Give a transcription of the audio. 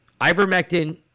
ivermectin